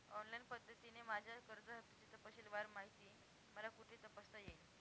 Online पद्धतीने माझ्या कर्ज हफ्त्याची तपशीलवार माहिती मला कुठे तपासता येईल?